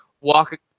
walk